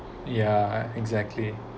yeah exactly